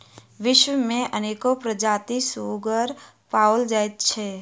विश्व मे अनेको प्रजातिक सुग्गर पाओल जाइत छै